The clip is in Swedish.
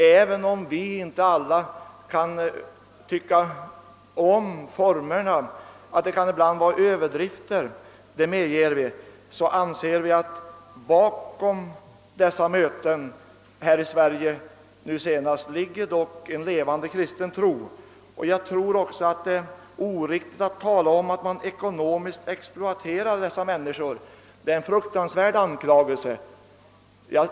Även om inte alla tycker om formerna utan anser att det förekommer överdrifter, menar vi att det dock ligger en levande kristen tro bakom dessa möten här i Sverige. Jag tror det är orätt att tala om att dessa människor ekonomiskt exploateras — det är en fruktansvärd anklagelse.